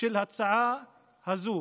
של ההצעה הזו.